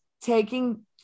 taking